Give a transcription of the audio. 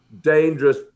dangerous